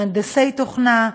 מהנדסי תוכנה,